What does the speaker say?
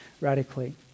radically